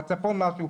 בצפון משהו.